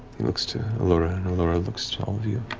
he looks to allura, and allura looks to all of you.